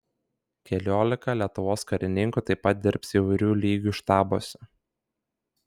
keliolika lietuvos karininkų taip pat dirbs įvairių lygių štabuose